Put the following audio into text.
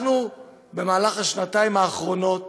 במהלך השנתיים האחרונות